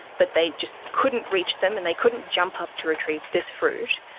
but they just couldn't reach them and they couldn't jump up to retrieve this fruit,